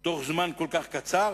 בתוך זמן כל כך קצר?